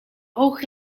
hoog